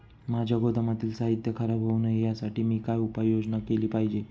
माझ्या गोदामातील साहित्य खराब होऊ नये यासाठी मी काय उपाय योजना केली पाहिजे?